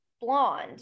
blonde